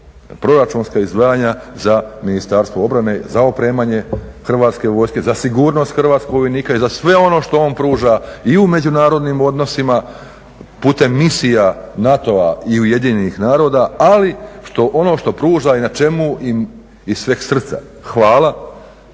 proračunska izdvajanja za Ministarstvo obrane, za opremanje hrvatske vojske, za sigurnost hrvatskog vojnika i za sve ono što on pruža i u međunarodnim odnosima putem misija NATO-a i Ujedinjenih naroda, ali ono što pruža i na čemu im iz sveg srca hvala